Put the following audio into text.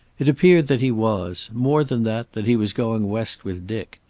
it appeared that he was. more than that, that he was going west with dick.